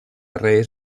res